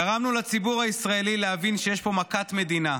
גרמנו לציבור הישראלי להבין שיש פה מכת מדינה.